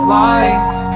life